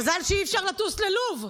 מזל שאי-אפשר לטוס ללוב.